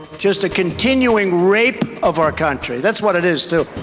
just a continuing rape of our country, that's what it is too.